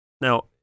Now